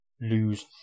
lose